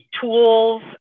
tools